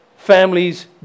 Families